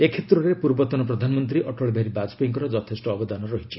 ଏ କ୍ଷେତ୍ରରେ ପୂର୍ବତନ ପ୍ରଧାନମନ୍ତ୍ରୀ ଅଟଳ ବିହାରୀ ବାଜପେୟୀଙ୍କର ଯଥେଷ୍ଟ ଅବଦାନ ରହିଛି